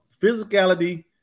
physicality